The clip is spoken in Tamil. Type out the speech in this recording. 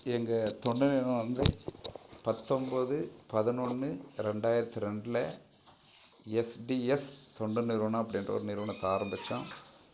எங்கள் தொண்டு நிறுவனம் வந்து பத்தொம்போது பதினொன்னு ரெண்டாயிரத்து ரெண்டில் எஸ்டிஎஸ் தொண்டு நிறுவனம் அப்படின்ற ஒரு நிறுவனத்தை ஆரம்பித்தோம்